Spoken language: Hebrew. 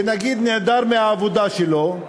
ונגיד, נעדר מהעבודה שלו,